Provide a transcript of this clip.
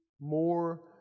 more